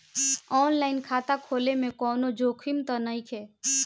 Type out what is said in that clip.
आन line खाता खोले में कौनो जोखिम त नइखे?